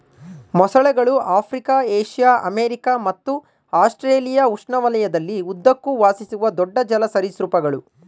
ಮೊಸಳೆಗಳು Africa Asia America ಮತ್ತು Australia ಉಷ್ಣವಲಯದಲ್ಲಿ ಉದ್ದಕ್ಕೂ ವಾಸಿಸುವ ದೊಡ್ಡ ಜಲ ಸರೀಸೃಪಗಳು